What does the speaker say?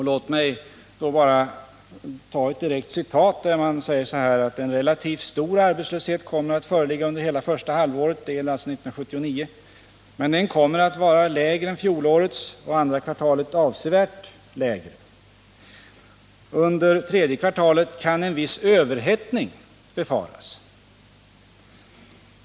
Låt mig då anföra ett direkt citat: ”En relativt stor arbetslöshet kommer att föreligga under hela första halvåret,” — det gäller alltså 1979 —-””men den kommer att vara lägre än fjolårets och andra kvartalet avsevärt lägre. Under tredje kvartalet kan en viss överhettning befaras.